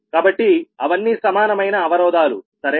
కాబట్టి అవన్నీ సమానమైన అవరోధాలు సరేనా